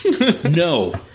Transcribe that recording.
No